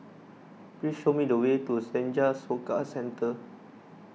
please show me the way to Senja Soka Centre